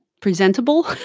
Presentable